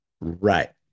Right